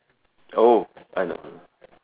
oh I know I know